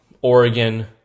Oregon